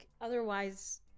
otherwise